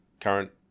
current